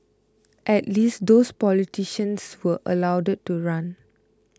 at least those politicians were allowed to run